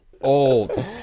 Old